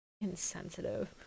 Insensitive